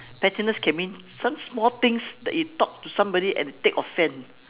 pettiness can mean some small things that you talk to somebody and take offend